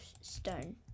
stone